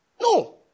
No